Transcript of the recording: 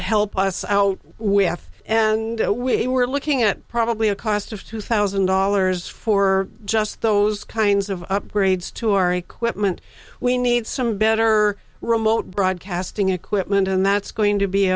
help us out with and we were looking at probably a cost of two thousand dollars for just those kinds of upgrades to our equipment we need some better remote broadcasting equipment and that's going to be